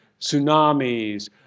tsunamis